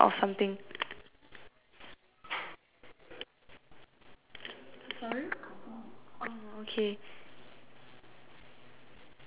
oh okay